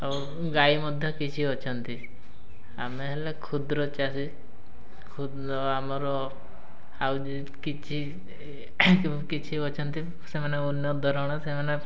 ଆଉ ଗାଈ ମଧ୍ୟ କିଛି ଅଛନ୍ତି ଆମେ ହେଲେ କ୍ଷୁଦ୍ର ଚାଷୀ କ୍ଷୁଦ୍ର ଆମର ଆଉ କିଛି କିଛି ଅଛନ୍ତି ସେମାନେ ଉନ୍ନତଧରଣ ସେମାନେ